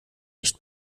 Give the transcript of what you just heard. nicht